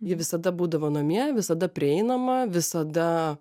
ji visada būdavo namie visada prieinama visada